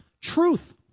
truth